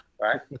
right